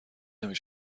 نمی